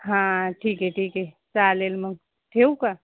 हां ठीक आहे ठीक आहे चालेल मग ठेवू का